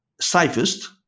safest